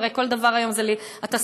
הרי כל דבר היום זה: אתה שמאלני.